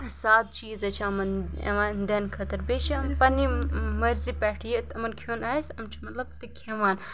سادٕ چیٖزَے چھِ یِمَن یِوان دِنہٕ خٲطرٕ بیٚیہِ چھِ یِم پنٛنہِ مرضی پٮ۪ٹھ یہِ یِمَن کھیٚوان آسہِ یِم چھِ مطلب تہِ کھیٚوان